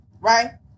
Right